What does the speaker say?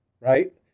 Right